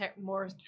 more